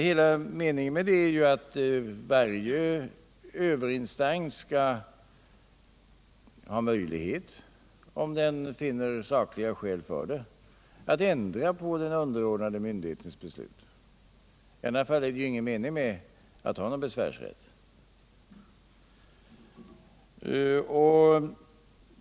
Hela meningen med det är att varje överinstans skall ha möjlighet, om den finner sakliga skäl för det, att ändra på underordnad myndighets beslut. I annat fall är det ju ingen mening med att ha denna besvärsrätt.